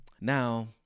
Now